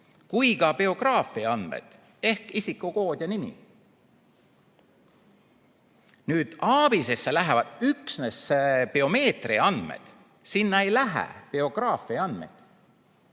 kui ka biograafia andmed ehk isikukood ja nimi. Nüüd, ABIS‑esse lähevad üksnes biomeetria andmed, sinna ei lähe biograafia andmed.